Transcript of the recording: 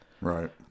Right